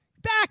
Back